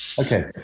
Okay